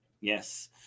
Yes